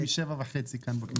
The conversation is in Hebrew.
אני משבע וחצי כאן בכנסת.